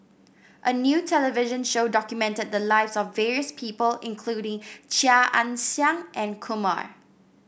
a new television show documented the lives of various people including Chia Ann Siang and Kumar